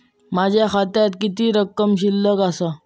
माझ्या खात्यात किती रक्कम शिल्लक आसा?